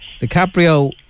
DiCaprio